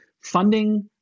funding